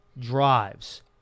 drives